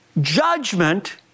judgment